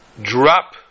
drop